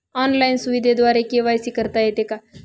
Online सुविधेद्वारे KYC करता येते का?